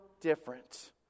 different